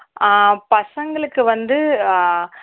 பசங்களுக்கு வந்து